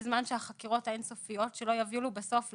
בזמן שהחקירות האין סופיות שלא יובילו בסוף לכלום,